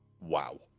wow